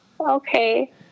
okay